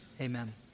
amen